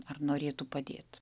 ar norėtų padėti